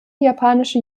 japanische